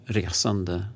resande